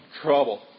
trouble